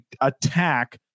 attack